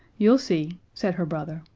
you'll see, said her brother,